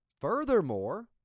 furthermore